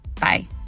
Bye